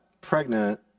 pregnant